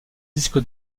disque